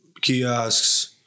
kiosks